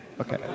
Okay